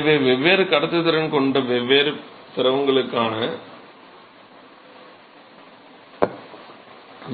எனவே வெவ்வேறு கடத்துத்திறன் கொண்ட வெவ்வேறு திரவங்களுக்கான